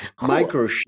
Micro